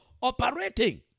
operating